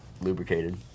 lubricated